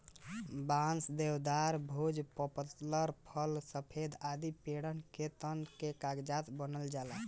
बांस, देवदार, भोज, पपलर, फ़र, सफेदा आदि पेड़न के तना से कागज बनावल जाला